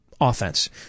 offense